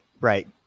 right